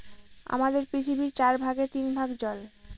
আমাদের পৃথিবীর চার ভাগের তিন ভাগ জল